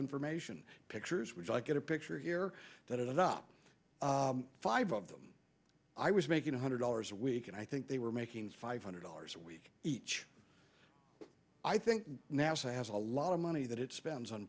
information pictures which i get a picture here that is up five of them i was making two hundred dollars a week and i think they were making five hundred dollars a week each i think nasa has a lot of money that it spends on